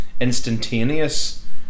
instantaneous